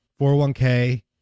401k